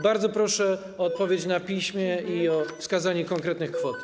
Bardzo proszę o odpowiedź na piśmie i o wskazanie konkretnych kwot.